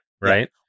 Right